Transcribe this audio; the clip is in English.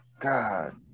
God